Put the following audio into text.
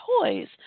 toys